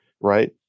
right